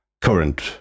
current